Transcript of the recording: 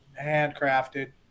handcrafted